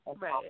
Right